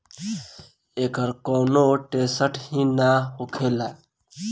एकर कौनो टेसट ही ना होखेला